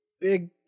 big